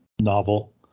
novel